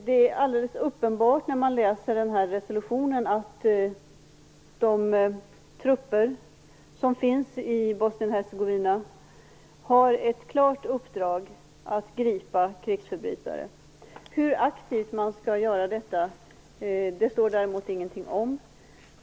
Det är alldeles uppenbart när man läser resolutionen att de trupper som finns i Bosnien-Hercegovina har ett klart uppdrag att gripa krigsförbrytare. Hur aktivt man skall göra detta står det däremot ingenting om.